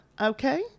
okay